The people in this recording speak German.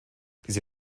diese